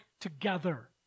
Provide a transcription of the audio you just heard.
together